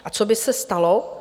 A co by se stalo?